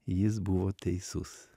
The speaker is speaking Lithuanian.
jis buvo teisus